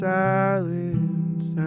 silence